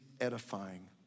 edifying